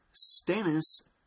Stannis